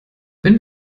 wenn